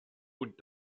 und